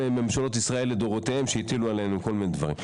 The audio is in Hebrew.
ממשלות ישראל לדורותיהן שהטילו עלינו כל מיני דברים.